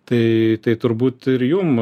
tai tai turbūt ir jum